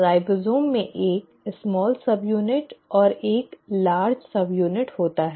ribosome में एक छोटा सबयूनिट और एक बड़ा सबयूनिट होता है